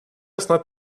snad